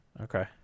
Okay